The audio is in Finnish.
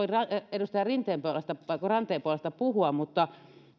edustaja ranteen puolesta puhua mutta